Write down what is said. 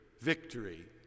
victory